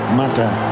matter